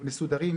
מסודרים,